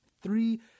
three